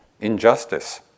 injustice